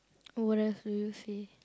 oh what else do you see